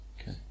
Okay